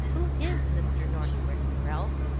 who is mr. northwick, ralph?